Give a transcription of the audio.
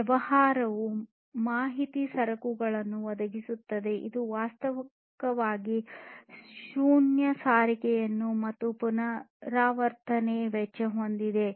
ವ್ಯವಹಾರವು ಮಾಹಿತಿ ಸರಕುಗಳನ್ನು ಒದಗಿಸುತ್ತದೆ ಇದು ವಾಸ್ತವಿಕವಾಗಿ ಶೂನ್ಯ ಸಾರಿಗೆಯನ್ನು ಮತ್ತು ಪುನರಾವರ್ತನೆ ವೆಚ್ಚ ಹೊಂದಿದೆ